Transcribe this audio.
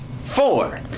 four